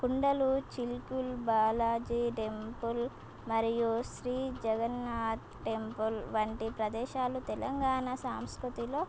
కుండలు చిల్కూరు బాలాజీ టెంపుల్ మరియు శ్రీ జగన్నాథ్ టెంపుల్ వంటి ప్రదేశాలు తెలంగాణ సాంస్కృతిలో